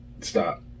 stop